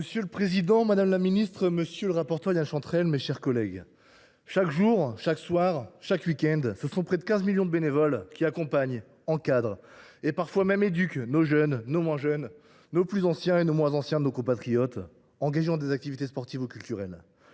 Monsieur le président, madame la ministre déléguée, monsieur le rapporteur, mes chers collègues, chaque jour, chaque soir, chaque week end, près de quinze millions de bénévoles accompagnent, encadrent et parfois même éduquent nos jeunes, nos moins jeunes, les plus anciens et les moins anciens de nos compatriotes engagés dans des activités sportives ou culturelles.